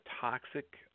toxic